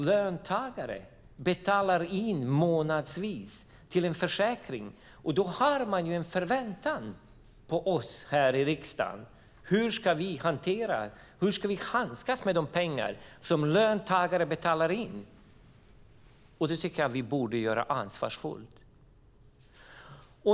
Löntagare betalar nämligen in månadsvis till en försäkring, och då har man en förväntan på oss här i riksdagen hur vi ska hantera och handskas med de pengar löntagarna betalar in. Det tycker jag att vi borde göra ansvarsfullt.